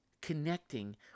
connecting